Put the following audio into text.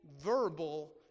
verbal